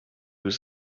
was